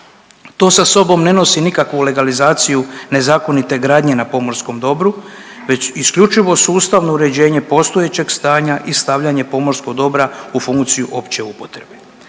To sa sobom ne nosi nikakvu legalizaciju nezakonite gradnje na pomorskom dobru već isključivo sustavno uređenje postojećeg stanja i stavljanje pomorskog dobra u funkciju opće upotrebe.